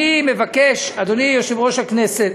אדוני יושב-ראש הכנסת,